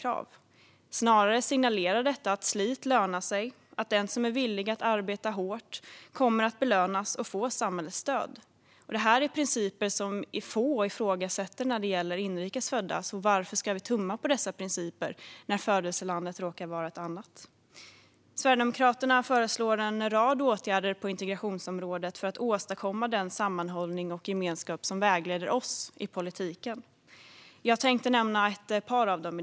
Det signalerar snarare att slit lönar sig och att den som är villig att arbeta hårt kommer att belönas och få samhällets stöd. Det är principer som få ifrågasätter när det gäller inrikes födda. Varför ska vi då tumma på dessa principer när födelselandet råkar vara ett annat? Sverigedemokraterna föreslår en rad åtgärder på integrationsområdet för att åstadkomma den sammanhållning och gemenskap som vägleder oss i politiken. Jag tänker i dag nämna ett par av dem.